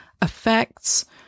affects